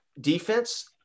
defense